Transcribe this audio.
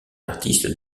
artiste